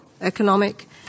economic